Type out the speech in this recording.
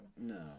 No